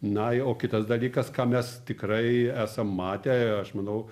na o kitas dalykas ką mes tikrai esam matę aš manau